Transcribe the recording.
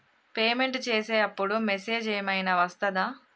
Payment చేసే అప్పుడు message ఏం ఐనా వస్తదా?